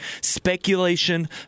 speculation